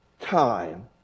time